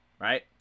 Right